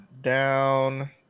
down